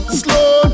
slow